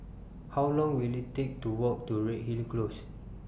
How Long Will IT Take to Walk to Redhill Close